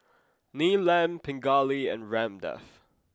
Neelam Pingali and Ramdev